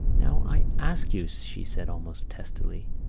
now, i ask you, she said almost testily,